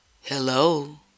Hello